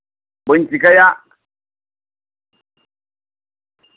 ᱵᱟᱹᱧ ᱪᱮᱠᱟᱭᱟ